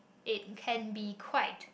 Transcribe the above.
it can be quite